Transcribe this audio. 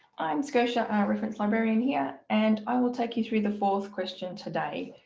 i'm scotia our reference librarian here and i will take you through the fourth question today.